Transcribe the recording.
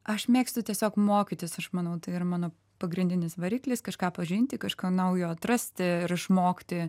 aš mėgstu tiesiog mokytis aš manau tai ir mano pagrindinis variklis kažką pažinti kažką naujo atrasti ir išmokti